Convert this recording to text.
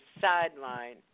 sideline